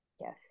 yes